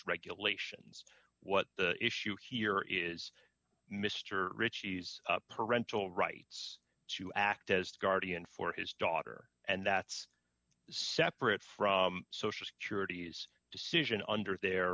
regulations what issue here is mr ritchie's parental rights to act as guardian for his daughter and that's separate from social security's decision under their